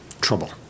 Trouble